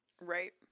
Right